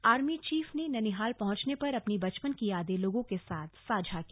army chief ने ननिहाल पहुंचने पर अपनी बचपन की यादें लोगों के साथ साझा की